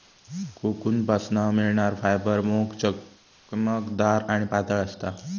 कोकूनपासना मिळणार फायबर मोप चमकदार आणि पातळ असता